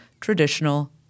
traditional